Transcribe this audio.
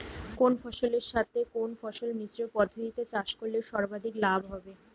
কোন ফসলের সাথে কোন ফসল মিশ্র পদ্ধতিতে চাষ করলে সর্বাধিক লাভ হবে?